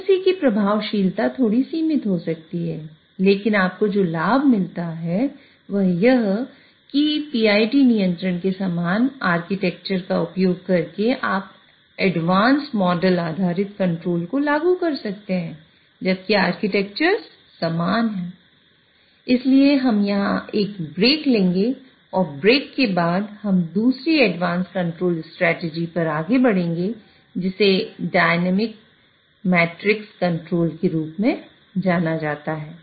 IMC की प्रभावशीलता थोड़ी सीमित हो सकती है लेकिन आपको जो लाभ के रूप में जाना जाता है